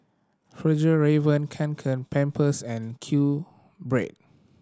Fjallraven Kanken Pampers and QBread